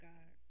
God